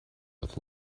with